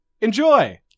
Enjoy